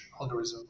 algorithm